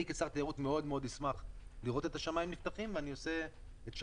אני כשר תיירות מאוד אשמח לראות את השמים נפתחים ואני עושה כל מה